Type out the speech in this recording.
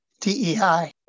DEI